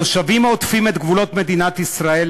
התושבים העוטפים את גבולות מדינת ישראל